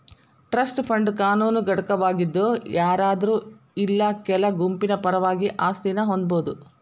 trust fund ಕಾನೂನು ಘಟಕವಾಗಿದ್ ಯಾರಾದ್ರು ಇಲ್ಲಾ ಕೆಲ ಗುಂಪಿನ ಪರವಾಗಿ ಆಸ್ತಿನ ಹೊಂದಬೋದು